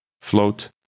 Float